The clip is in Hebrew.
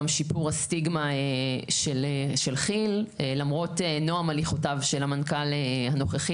שיפור הסטיגמה של כי"ל למרות נועם הליכותיו של המנכ"ל הנוכחי.